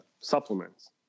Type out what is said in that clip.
supplements